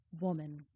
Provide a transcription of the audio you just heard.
Woman